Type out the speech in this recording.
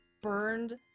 burned